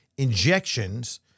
injections